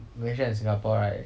malaysia and singapore right